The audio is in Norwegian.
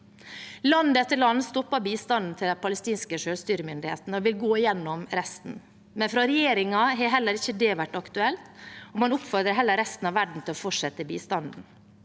Land etter land stopper bistanden til de palestinske selvstyremyndighetene og vil gå igjennom resten, men fra regjeringen har heller ikke det vært aktuelt. Man oppfordrer heller resten av verden til å fortsette bistanden.